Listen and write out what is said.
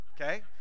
okay